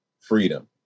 freedom